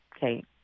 Kate